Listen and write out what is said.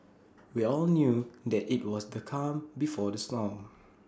we all knew that IT was the calm before the storm